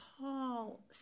Paul